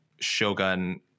shogun